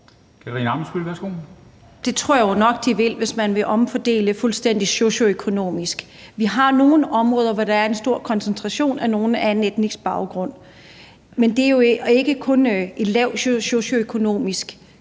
Det tror jeg jo nok de vil, hvis man vil foretage en fuldstændig socioøkonomisk omfordeling. Vi har nogle områder, hvor der er en stor koncentration af mennesker med anden etnisk baggrund, men det er jo ikke kun på et lavt niveau socioøkonomisk,